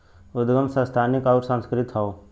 उदगम संस्थानिक अउर सांस्कृतिक हौ